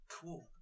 Cool